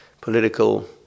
political